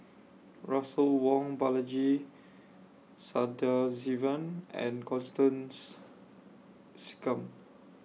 Russel Wong Balaji Sadasivan and Constance Singam